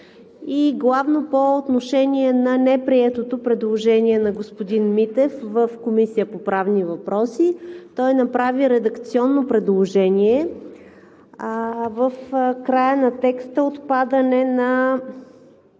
и главно по отношение на неприетото предложение на господин Митев в Комисията по правни въпроси. Той направи редакционно предложение – в края на текста за отпадане на